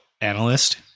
analyst